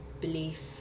belief